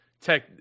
tech